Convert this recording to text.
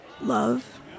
love